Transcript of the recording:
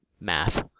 math